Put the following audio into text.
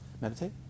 meditate